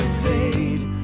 fade